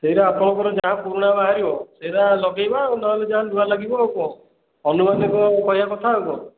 ସେଇଟା ଆପଣଙ୍କର ଯାହା ପୁରୁଣା ବାହାରିବ ସେଇଟା ଲଗାଇବା ଆଉ ନହେଲେ ଯାହା ନୂଆ ଲାଗିବ ଆଉ କ'ଣ ଆନୁମାନିକ କହିବା କଥା ଆଉ କ'ଣ